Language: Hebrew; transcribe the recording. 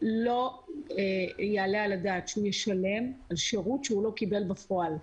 לא יעלה על הדעת שהוא ישלם על שירות שהוא לא קיבל בפועל.